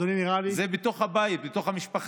אדוני, נראה לי, זה בתוך הבית, בתוך המשפחה.